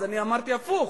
אז אמרתי הפוך: